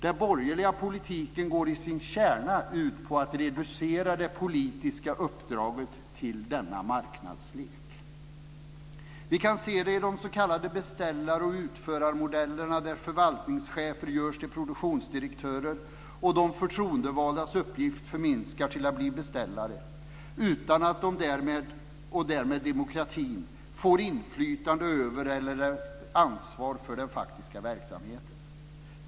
Den borgerliga politiken går i sin kärna ut på att reducera det politiska uppdraget till denna marknadslek. Vi kan se det i de s.k. beställar och utförarmodellerna där förvaltningschefer görs till produktionsdirektörer och de förtroendevaldas uppgift förminskas till att bli beställare utan att de därmed - och därmed demokratin - får inflytande över eller ansvar för den faktiska verksamheten.